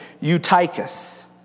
Eutychus